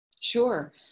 sure